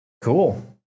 Cool